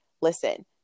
Listen